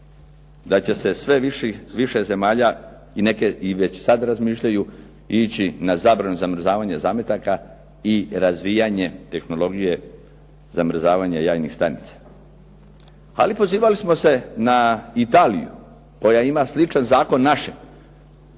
da će sve više i više zemalja, i neke i već sad razmišljaju, ići na zabranu zamrzavanja zametaka i razvijanje tehnologije zamrzavanja jajnih stanica. Ali pozivali smo se na Italiju koja ima sličan zakon našem.